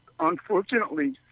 Unfortunately